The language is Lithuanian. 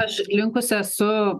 aš linkusi esu